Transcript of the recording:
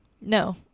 No